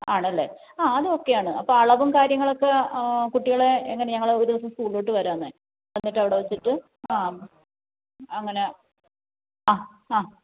ആണല്ലെ അ അത് ഓക്കെയാണ് അപ്പോൾ അളവും കാര്യങ്ങളുമൊക്കെ കുട്ടികളെ എങ്ങനെയാണ് ഞങ്ങളൊരു ദിവസം സ്കൂളിലോട്ട് വരാമെന്ന് എന്നി്ട്ട അവിടെ വച്ചിട്ട് ആ അങ്ങനെ അ അ